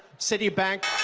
citibank.